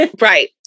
Right